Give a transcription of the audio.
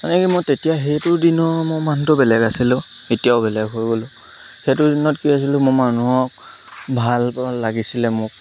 মানে কি মই তেতিয়া সেইটোৰ দিনৰ মোৰ মানুহটো বেলেগ আছিলোঁ এতিয়াও বেলেগ হৈ গ'লোঁ সেইটো দিনত কি আছিলোঁ মোৰ মানুহক ভাল লাগিছিলে মোক